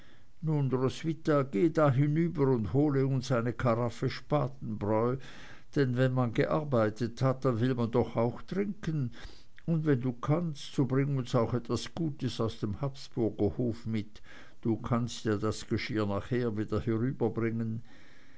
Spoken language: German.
roswitha gehe da hinüber und hole uns eine karaffe spatenbräu denn wenn man gearbeitet hat dann will man doch auch trinken und wenn du kannst so bring uns auch etwas gutes aus dem habsburger hof mit du kannst ja das geschirr nachher wieder